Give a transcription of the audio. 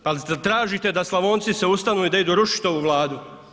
Pa je li tražite da Slavonci se ustanu i da idu rušiti ovu Vladu?